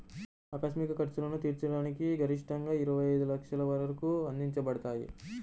ఆకస్మిక ఖర్చులను తీర్చడానికి గరిష్టంగాఇరవై ఐదు లక్షల వరకు అందించబడతాయి